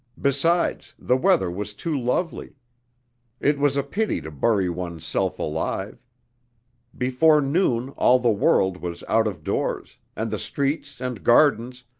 besides, the weather was too lovely it was a pity to bury one's self alive before noon all the world was out of doors and the streets and gardens,